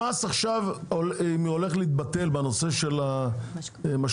המס עכשיו הולך להתבטל בנושא של המשקאות.